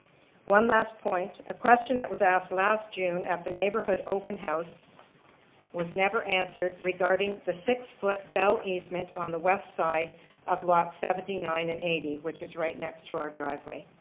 one last point. a question that was asked last june at the neighborhood open house was never answered regarding the six-foot bell easement on the west side of lot seventy nine and eighty, which is right next to our driveway,